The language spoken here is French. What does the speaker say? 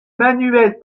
manuels